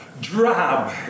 drab